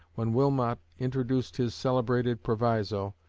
when wilmot introduced his celebrated proviso,